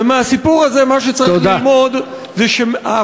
ומהסיפור הזה, מה שצריך ללמוד, תודה.